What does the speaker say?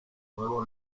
nuevo